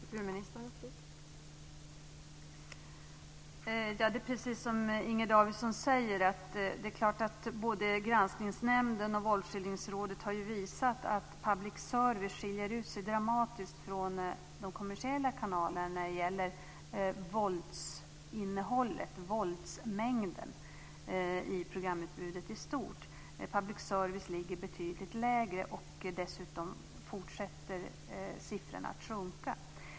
Fru talman! Det är precis som Inger Davidson säger. Både Granskningsnämnden och Våldsskildringsrådet har visat att public service skiljer ut sig dramatiskt från de kommersiella kanalerna när det gäller våldsinnehållet, våldsmängden i programutbudet i stort. Public service ligger betydligt lägre, och dessutom fortsätter siffrorna att sjunka.